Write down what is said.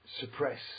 suppress